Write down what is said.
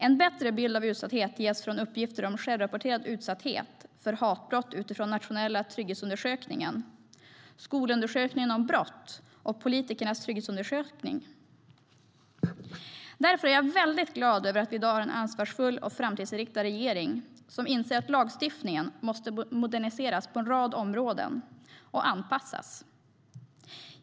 En bättre bild av utsatthet ges från uppgifter om självrapporterad utsatthet för hatbrott utifrån Nationella trygghetsundersökningen, Skolundersökningen om brott och Politikernas trygghetsundersökning. Därför är jag väldigt glad över att vi i dag har en ansvarsfull och framtidsinriktad regering som inser att lagstiftningen måste moderniseras på en rad områden och anpassas.